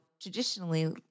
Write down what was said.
traditionally